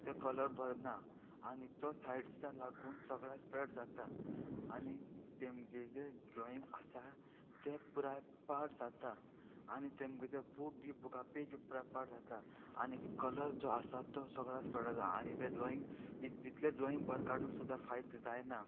ते कलर भरना आनी तो सायडीच्या लागून सगळ्या स्प्रेड जाता आनी तेमचे ड्रोइंग आसा ते पुराय पाड जाता आनी तेमगे ते बूक बुका पेज बी पुराय पाड जाता आनी कलर जो आसा तो सगळ्या स्प्रेड जाता आनी ते ड्रॉईंग जितले ड्रॉइंग बरें काडून सुद्दा फायद जायना